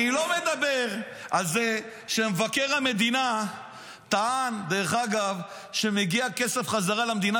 אני לא מדבר על זה שמבקר המדינה טען שמגיע כסף חזרה למדינה,